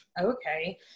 okay